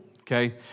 Okay